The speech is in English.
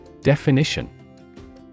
Definition